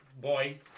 boy